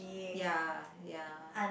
ya ya